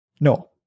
no